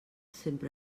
sempre